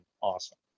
awesome